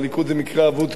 הליכוד זה מקרה אבוד,